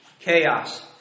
chaos